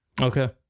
okay